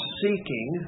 seeking